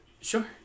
Sure